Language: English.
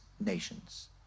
nations